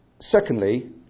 Secondly